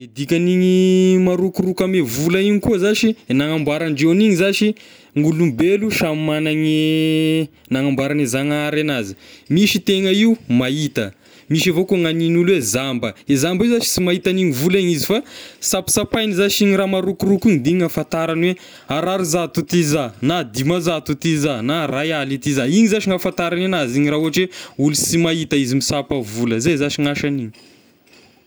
E dikan'ny igny marokoroko ame vola igny koa zashy na ny nanambaorandreo an'igny zashy ny olombelo samy magnany e nanamboaran'ny zanahary anazy, misy tegna io mahita misy avao koa ny hanin'olo hoe zamba, e zamba io zashy sy mahita an'igny vola igny izy fa sapasapaigny zashy igny raha marokoroko igny de igny ahafantarany hoe ariary zato ity za na dimanzato ity za ray aly ity za, igny zashy ny ahafantarany anazy igny raha ohatry hoe olo sy mahita izy misapa vola, zay zashy gn'asan'igny.